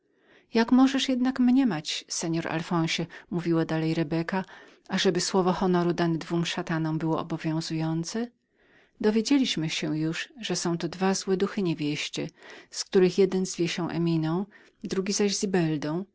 jak możesz jednak mniemać panie alfonsie mówiła dalej rebeka ażeby słowo honoru dane dwom szatanom było obowiązującem dowiedzieliśmy się już że są to dwa złe duchy niewieście z których jeden zwie się eminą drugi zaś zibeldą